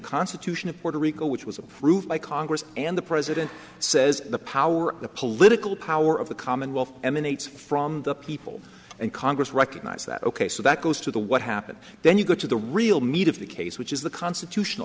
constitution of puerto rico which was approved by congress and the president says the power the political power of the commonwealth emanates from the people and congress recognize that ok so that goes to the what happens then you go to the real meat of the case which is the constitutional